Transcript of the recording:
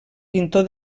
pintor